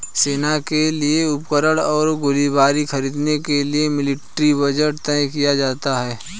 सेना के लिए उपकरण और गोलीबारी खरीदने के लिए मिलिट्री बजट तय किया जाता है